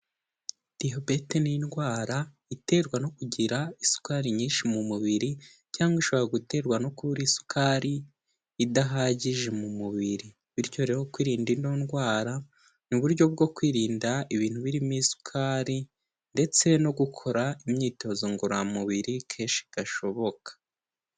Diyabete ni indwara iterwa no kugira isukari nyinshi mu mubiri cyangwa ishobora guterwa no kubura isukari idahagije mu mubiri. Bityo rero kwirinda ino ndwara ni uburyo bwo kwirinda ibintu birimo isukari ndetse no gukora imyitozo ngororamubiri kenshi gashoboka.